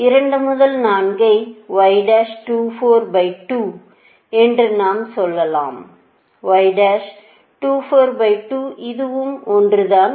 2 முதல் 4 ஐ என்று நாம் சொல்லலாம் இதுவும் 1 தான்